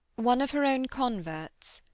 one of her own converts.